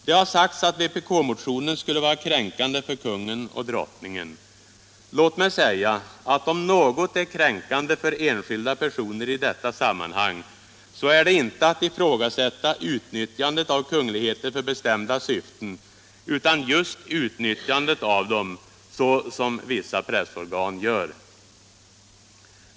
Det har sagts att vpk-motionen skulle vara kränkande för kungen och drottningen. Låt mig säga att om något är kränkande för enskilda personer i detta sammanhang så är det inte att ifrågasätta utnyttjandet av kung ligheter för bestämda syften utan just att utnyttja dem så som vissa pressorgan gör.